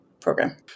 program